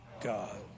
God